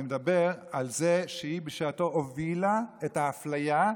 אני מדבר על זה שבשעתו היא הובילה את האפליה,